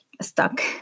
stuck